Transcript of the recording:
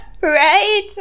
Right